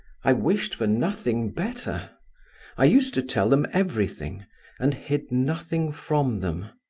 i wished for nothing better i used to tell them everything and hid nothing from them.